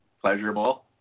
pleasurable